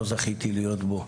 לא זכיתי להיות בו,